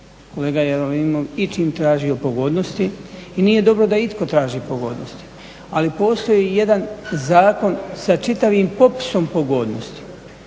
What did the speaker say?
kolega Jerolimov ičim tražio pogodnosti i nije dobro da itko traži pogodnosti, ali postoji jedan zakon sa čitavim popisom pogodnosti.